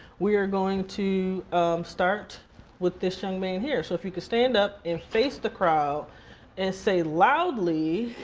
we are going to start with this young man here, so if you could stand up and face the crowd and say loudly,